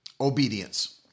obedience